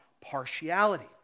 partiality